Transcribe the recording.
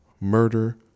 murder